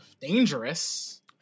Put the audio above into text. dangerous